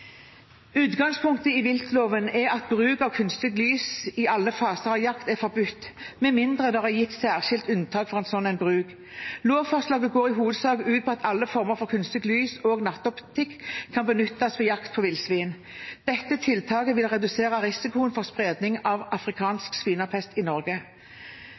Utgangspunktet i viltloven er at bruk av kunstig lys i alle faser av jakt er forbudt med mindre det er gitt særskilt unntak for slik bruk. Lovforslaget går i hovedsak ut på at alle former for kunstig lys – også nattoptikk – kan benyttes ved jakt på villsvin. Dette tiltaket vil redusere risikoen for spredning av afrikansk svinepest i Norge.